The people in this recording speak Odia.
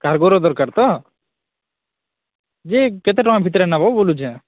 କାର୍ଗୋର ଦରକାର ତ ଯେ କେତେ ଟଙ୍କା ଭିତରେ ନେବ ବୋଲୁଛେ